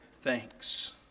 thanks